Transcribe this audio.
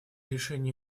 решения